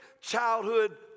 childhood